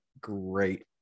great